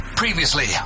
Previously